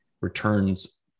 returns